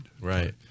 Right